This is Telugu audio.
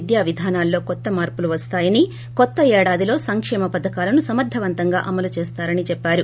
విద్యా విధానాల్లో కొత్త మార్సులు వస్తాయని కొత్త ఏడాదిలో సంకేమ పథకాలను సమర్గవంతంగా అమలు చేస్తారని చెప్పారు